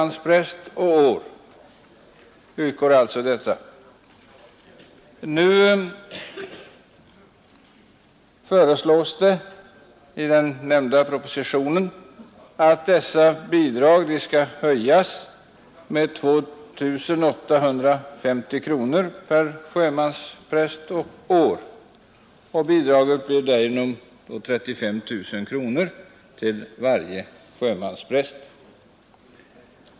Nu föreslås i den nämnda propositionen att dessa bidrag skall höjas med 2850 kronor för varje sjömanspräst och år. Varje bidrag uppgår därigenom till 35 000 kronor.